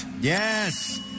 Yes